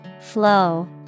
Flow